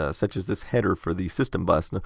ah such as this header for the system bus.